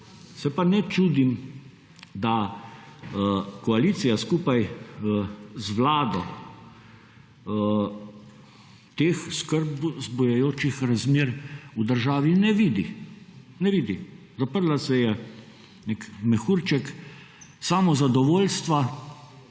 Se pa ne čudim, da koalicija skupaj z vlado teh skrb vzbujajočih razmer v državi ne vidi. Zaprla se je v nek mehurček samozadovoljstva